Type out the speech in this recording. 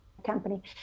company